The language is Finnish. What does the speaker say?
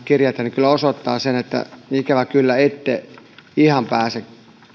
kirjeitä osoittaa sen että ikävä kyllä ette ihan pääse